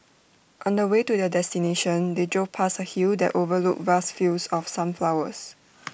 on the way to their destination they drove past A hill that overlooked vast fields of sunflowers